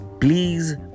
please